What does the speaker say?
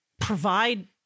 provide